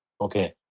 Okay